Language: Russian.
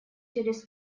через